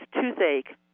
toothache